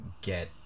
get